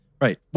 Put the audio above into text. Right